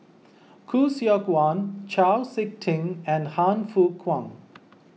Khoo Seok Wan Chau Sik Ting and Han Fook Kwang